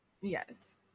yes